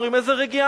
אומרים: איזו רגיעה?